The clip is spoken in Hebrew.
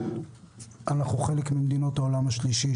אנחנו חלק ממדינות העולם השלישי.